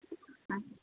ಹಾಂ